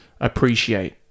appreciate